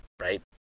right